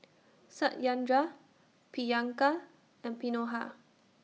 Satyendra Priyanka and